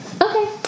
Okay